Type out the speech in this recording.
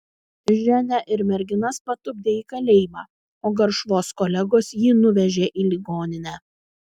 ženią ir merginas patupdė į kalėjimą o garšvos kolegos jį nuvežė į ligoninę